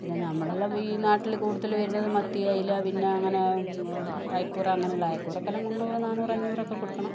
പിന്നെ നമ്മളല്ല ഈ നാട്ടിൽ കൂടുതൽ വരുന്നത് മത്തി അയല പിന്നെ അങ്ങനെ അയക്കൂറ അങ്ങനെയുള്ള അയ്ക്കൂറയ്ക്കെല്ലാം മുന്നൂറ് നാന്നൂറ് അഞ്ഞൂറ് ഒക്കെ കൊടുക്കണം